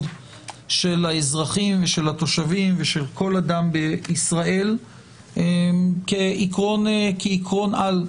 של האזרחים ושל התושבים ושל כל אדם בישראל כעיקרון על.